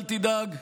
אל תדאג,